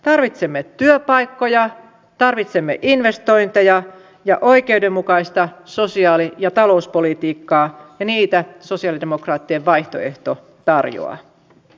tarvitsemme työpaikkoja tarvitsemme investointeja ja oikeudenmukaista sosiaali ja talouspolitiikkaa ja niitä sosialidemokraattien vaihtoehto tarjoaa